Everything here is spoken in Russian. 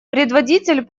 предводитель